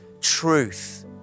truth